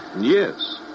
Yes